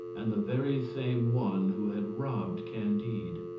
and the very same one who had robbed candide.